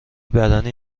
بدنی